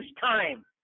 time